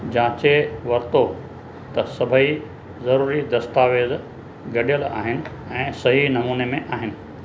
जांचे वर्तो त सभेई ज़रूरी दस्तावेज़ गडि॒यलु आहिनि ऐं सही नमूने में आहिनि